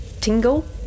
tingle